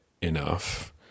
enough